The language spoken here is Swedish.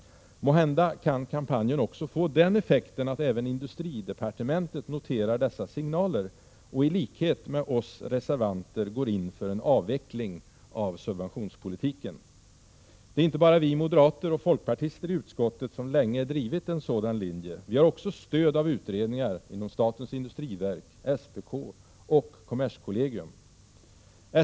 Måhända kan kampanjen också få den effekten att även industridepartementet noterar dessa signaler och i likhet med oss reservanter går in för en avveckling av subventionspolitiken. Det är inte bara vi moderater och folkpartister i utskottet som länge har drivit en sådan linje. Vi har också stöd av utredningar inom statens industriverk, SPK och kommerskollegium.